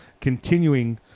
continuing